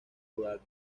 rurales